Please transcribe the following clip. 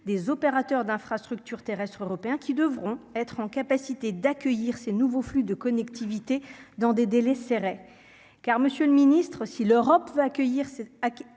des opérateurs d'infrastructures terrestres européens qui devront être en capacité d'accueillir ces nouveaux flux de connectivité dans des délais serrés car, Monsieur le Ministre, si l'Europe veut accueillir ses